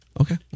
Okay